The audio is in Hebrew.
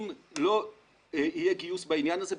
אם לא יהיה גיוס בעניין הזה,